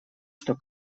что